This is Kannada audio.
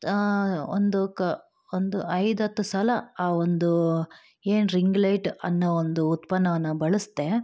ಒಂದು ಕ ಒಂದು ಐದತ್ತು ಸಲ ಆ ಒಂದು ಏನು ರಿಂಗ್ ಲೈಟ್ ಅನ್ನೋ ಒಂದು ಉತ್ಪನ್ನವನ್ನು ಬಳಸಿದೆ